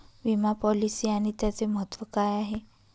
विमा पॉलिसी आणि त्याचे महत्व काय आहे?